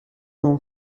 اون